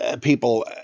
people